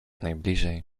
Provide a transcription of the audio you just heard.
najbliżej